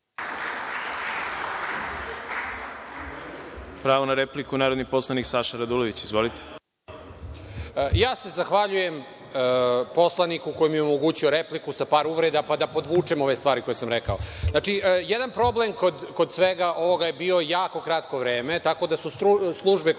Pravo na repliku narodni poslanik Saša Radulović. Izvolite. **Saša Radulović** Ja se zahvaljujem poslaniku koji mi je omogućio repliku sa par uvreda, pa da podvučem ove stvari koje sam rekao. Znači, jedan problem kod svega ovoga je bio jako kratko vreme, tako da su službe koje